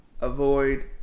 avoid